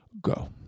go